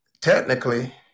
technically